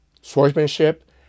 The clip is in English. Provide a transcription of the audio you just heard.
swordsmanship